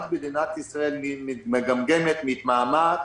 רק מדינת ישראל מגמגמת, מתמהמהת